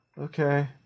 Okay